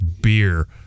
Beer